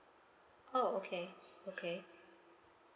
oh okay okay